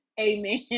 Amen